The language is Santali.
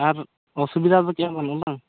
ᱟᱨ ᱚᱥᱩᱵᱤᱫᱟ ᱫᱚ ᱪᱮᱫ ᱦᱚᱸ ᱵᱟᱹᱱᱩᱜᱼᱟ ᱵᱟᱝ